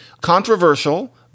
controversial